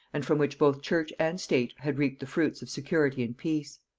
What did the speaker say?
and from which both church and state had reaped the fruits of security and peace.